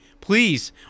Please